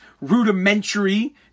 rudimentary